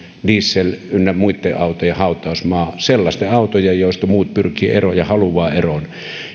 diesel ynnä muitten autojen hautausmaa sellaisten autojen joista muut pyrkivät eroon ja haluavat eroon